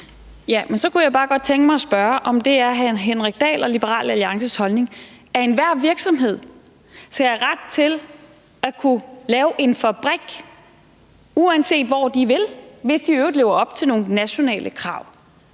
(RV): Så kunne jeg bare godt tænke mig at spørge, om det er hr. Henrik Dahl og Liberal Alliances holdning, at enhver virksomhed skal have ret til at lave en fabrik, hvor de vil, hvis de i øvrigt lever op til nogle nationale krav